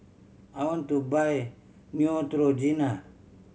I want to buy Neutrogena